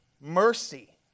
mercy